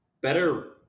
better